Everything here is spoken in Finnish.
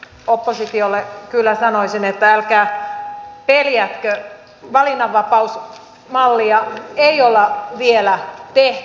oppositiolle kyllä sanoisin että älkää peljätkö valinnanvapausmallia ei olla vielä tehty